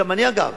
אגב,